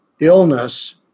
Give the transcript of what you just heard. Illness